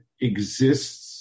exists